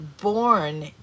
born